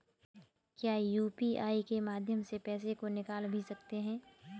क्या यू.पी.आई के माध्यम से पैसे को निकाल भी सकते हैं?